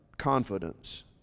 confidence